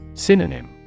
Synonym